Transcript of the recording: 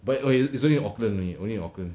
but !oi! is only auckland 而已 only auckland